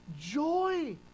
joy